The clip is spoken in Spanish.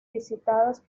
visitadas